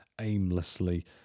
aimlessly